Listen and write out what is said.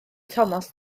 thomas